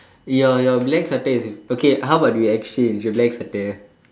your your black sweater is it okay how about we exchange the black sweater